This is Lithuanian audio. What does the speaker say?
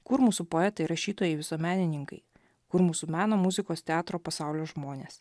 kur mūsų poetai rašytojai visuomenininkai kur mūsų meno muzikos teatro pasaulio žmonės